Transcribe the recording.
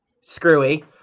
screwy